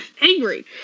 angry